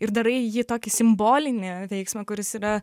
ir darai jį tokį simbolinį veiksmą kuris yra